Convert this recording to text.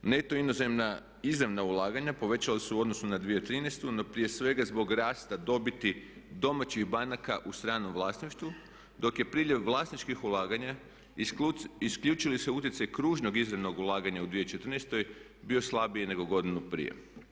Neto inozemna izravna ulaganja povećala su se u odnosu na 2013., no prije svega zbog rasta dobiti domaćih banaka u stranom vlasništvu dok je priljev vlasničkih ulaganja isključi li se utjecaj kružnog izravnog ulaganja u 2014. bio slabiji nego godinu prije.